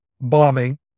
bombing